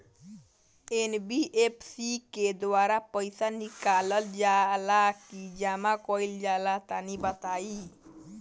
NBFC के द्वारा पईसा निकालल जला की जमा कइल जला तनि बताई?